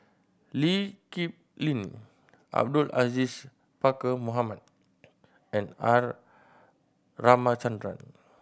Lee Kip Lin Abdul Aziz Pakkeer Mohamed and R Ramachandran